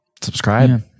Subscribe